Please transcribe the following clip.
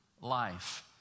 life